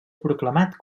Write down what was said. proclamat